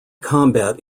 combat